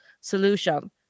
solution